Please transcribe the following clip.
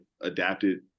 adapted